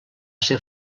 ser